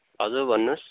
हजुर भन्नुहोस्